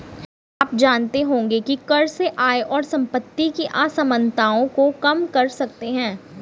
आप जानते होंगे की कर से आय और सम्पति की असमनताओं को कम कर सकते है?